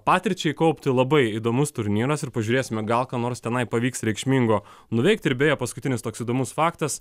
patirčiai kaupti labai įdomus turnyras ir pažiūrėsime gal ką nors tenai pavyks reikšmingo nuveikti ir beje paskutinis toks įdomus faktas